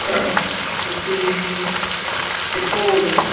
ਤੁਸੀਂ ਕਿੱਥੋਂ ਬੋਲਦੇ ਹੋ